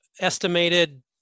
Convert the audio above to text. estimated